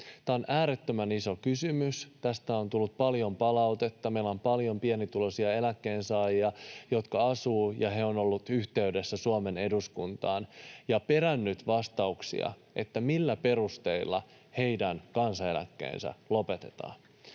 Tämä on äärettömän iso kysymys. Tästä on tullut paljon palautetta. Meillä on paljon pienituloisia eläkkeensaajia, jotka asuvat ulkomailla, ja he ovat olleet yhteydessä Suomen eduskuntaan ja peränneet vastauksia, että millä perusteilla heidän kansaneläkkeensä lopetetaan.